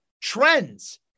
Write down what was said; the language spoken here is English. trends